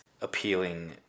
appealing